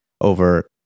over